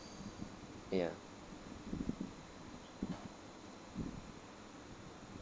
ya